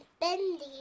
Bendy